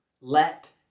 Let